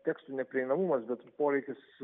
tekstų neprieinamumas bet poreikis